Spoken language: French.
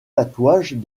tatouages